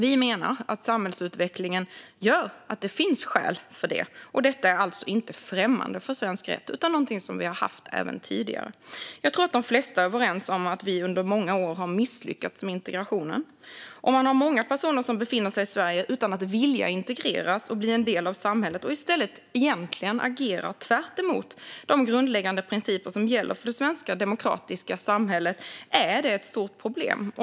Vi menar att samhällsutvecklingen gör att det finns skäl för det, och detta är alltså inte främmande för svensk rätt utan någonting som vi haft även tidigare. Jag tror att de flesta är överens om att vi under många år har misslyckats med integrationen. Om man har många personer som befinner sig i Sverige utan att vilja integreras och bli en del av samhället och i stället egentligen agerar tvärtemot de grundläggande principer som gäller för det svenska demokratiska samhället är det ett stort problem.